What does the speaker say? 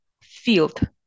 field